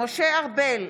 משה ארבל,